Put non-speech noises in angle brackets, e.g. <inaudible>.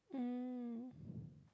mm <breath>